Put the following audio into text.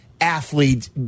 athletes